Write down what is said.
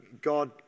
God